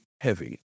heavy